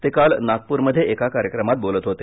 ते काल नागपूरमध्ये एका कार्यक्रमात बोलत होते